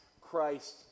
Christ